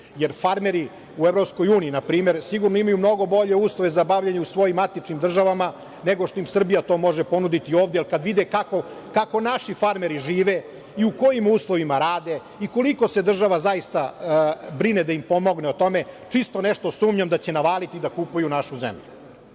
Farmeri u EU, npr. sigurno imaju mnogo bolje uslove za bavljenje u svojim matičnim državama, nego što im Srbija to može ponuditi ovde, jer kad vide kako naši farmeri žive i u kojim uslovima rade i koliko se država zaista brine da im pomogne u tome, čisto nešto sumnjam da će navaliti da kupuju našu zemlju. Ovaj